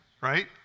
right